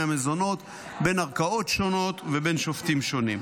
המזונות בין ערכאות שונות ובין שופטים שונים.